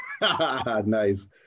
Nice